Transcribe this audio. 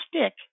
stick